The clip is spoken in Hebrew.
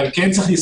אבל יש לזכור,